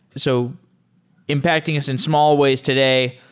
so impacting us in small ways today,